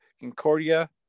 Concordia